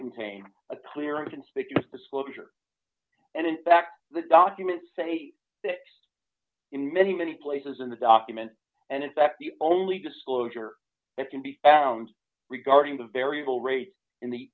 contain a clear and conspicuous disclosure and in fact the documents say that in many many places in the document and in fact the only disclosure that can be found regarding the variable rate in the